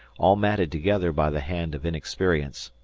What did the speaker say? all matted together by the hand of inexperience.